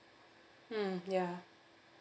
mm ya